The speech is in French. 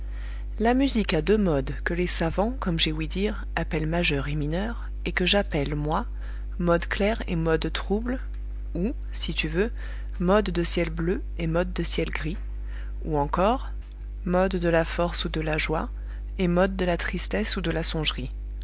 la musique à deux modes que les savants comme j'ai ouï dire appellent majeur et mineur et que j'appelle moi mode clair et mode trouble ou si tu veux mode de ciel bleu et mode de ciel gris ou encore mode de la force ou de ta joie et mode de la tristesse ou de la songerie